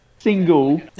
Single